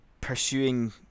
pursuing